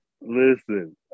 Listen